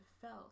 felt